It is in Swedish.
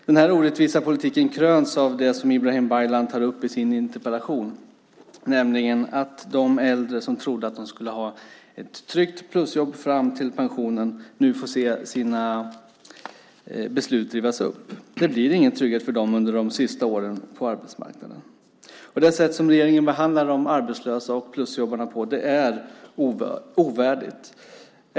Den här orättvisa politiken kröns av det som Ibrahim Baylan tar upp i sin interpellation, nämligen att de äldre som trodde att de skulle ha ett tryggt plusjobb fram till pensionen nu får se besluten rivas upp. Det blir ingen trygghet för dem de sista åren på arbetsmarknaden. Det sätt som regeringen behandlar de arbetslösa och plusjobbarna på är ovärdigt.